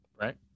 Right